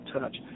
touch